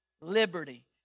liberty